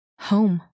home